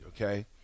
Okay